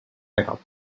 backup